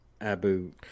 abu